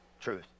truth